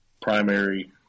primary